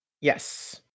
Yes